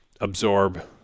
absorb